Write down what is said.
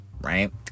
right